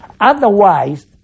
Otherwise